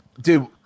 Dude